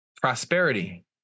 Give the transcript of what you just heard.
prosperity